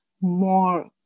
more